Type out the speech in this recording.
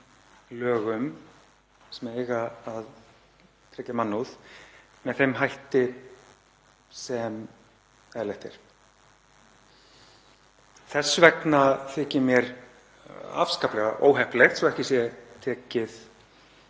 lögum sem eiga að tryggja mannúð með þeim hætti sem eðlilegt er. Þess vegna þykir mér afskaplega óheppilegt, svo ekki sé tekið